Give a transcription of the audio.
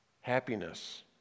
Happiness